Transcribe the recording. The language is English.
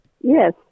Yes